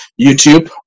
YouTube